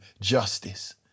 justice